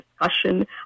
discussion